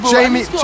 Jamie